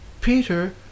Peter